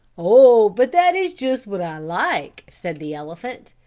oh, but that is just what i like, said the elephant,